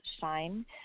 Shine